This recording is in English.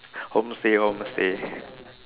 homestay homestay